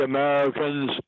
Americans